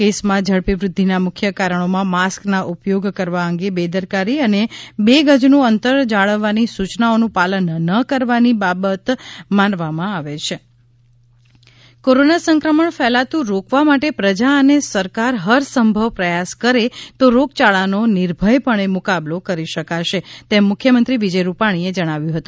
કેસમાં ઝડપી વૃદ્ધિના મુખ્ય કારણીમાં માસ્કના ઉપયોગ કરવા અંગે બેદરકારી અને બે ગજનું અંતર જાળવવાની સૂચનાઓનું પાલન ના કરવાની બાબત માનવામાં આવે છે સુરત કોરોના મુખ્યમંત્રી કોરોના સંક્રમણ ફેલાતું રોકવા માટે પ્રજા અને સરકાર હરસંભવ પ્રયાસ કરે તો રોગયાળાનો નિર્ભયપણે મુકાબલો કરી શકાશે તેમ મુખ્યમંત્રી વિજય રૂપાણીએ જણાવ્યુ છે